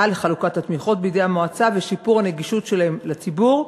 לחלוקת התמיכות בידי המועצה ושיפור הנגישות שלהם לציבור,